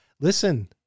Listen